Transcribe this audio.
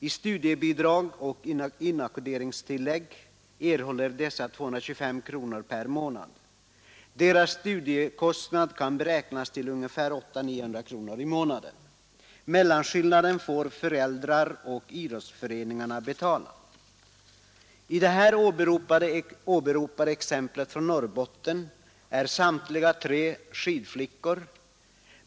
I studiebidrag och inackorderingstillägg erhåller dessa 225 kronor per månad, Deras studiekostnad kan beräknas till ungefär 800-900 kronor i månaden. Mellanskillnaden får föräldrar och idrottsföreningar betala. I det här åberopade exemplet är samtliga tre skidflickor.